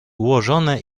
ułożone